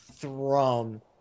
Thrum